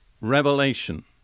revelation